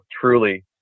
Truly